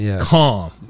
calm